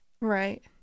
Right